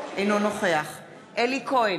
אינו נוכח אלי כהן,